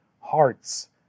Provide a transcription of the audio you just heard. hearts